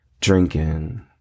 Drinking